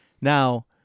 Now